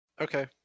Okay